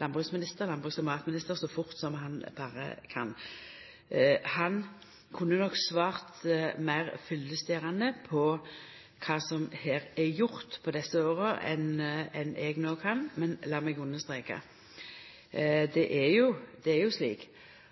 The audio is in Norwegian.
landbruks- og matminister så fort han berre kan. Han kunne nok svart meir fyllestgjerande på kva som er gjort på desse åra enn det eg no kan, men lat meg understreka: Det er slik at i ei trepartiregjering kan det